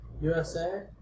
USA